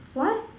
what